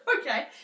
Okay